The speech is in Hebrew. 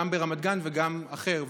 גם ברמת גן וגם אחר,